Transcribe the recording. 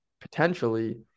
potentially